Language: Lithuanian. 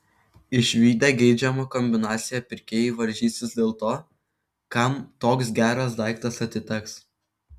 išvydę geidžiamą kombinaciją pirkėjai varžysis dėl to kam toks geras daiktas atiteks